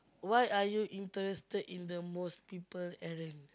what are you interested in the most people